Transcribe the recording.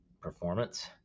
performance